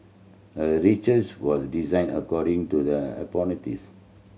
a research was designed according to the hypothesis